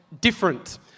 different